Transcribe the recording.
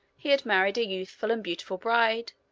he had married a youthful and beautiful bride,